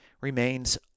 remains